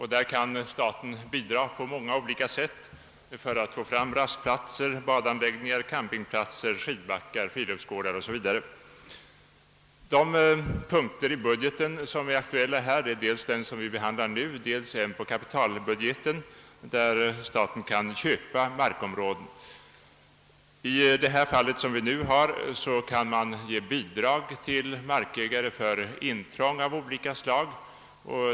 Staten kan bidra på många olika sätt till att skapa rastplatser, badanläggningar, campingplatser, skidbackar, friluftsgårdar 0. s. Vv. De punkter i budgeten som är aktuella i detta sammanhang är dels den som vi nu behandlar, dels en på kapitalbudgeten som rör statens köp av mark. Enligt det förslag som vi nu diskuterar kan staten ge bidrag till markägare för intrång av olika slag.